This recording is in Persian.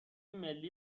ملی